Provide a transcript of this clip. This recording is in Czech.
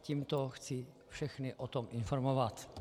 Tímto chci všechny o tom informovat.